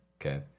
Okay